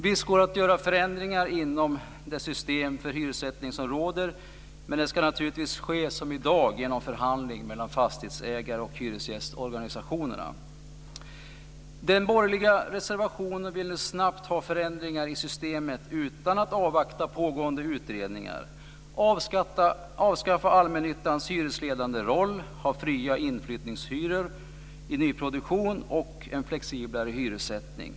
Visst går det att göra förändringar inom det system för hyressättning som råder, men det ska naturligtvis ske som i dag: genom förhandling mellan fastighetsägare och hyresgästorganisationer. De borgerliga vill i reservationen snabbt ha förändringar i systemet utan att avvakta pågående utredningar, avskaffa allmännyttans hyresledande roll samt ha fria inflyttningshyror i nyproduktion och en flexiblare hyressättning.